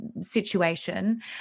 situation